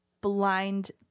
blind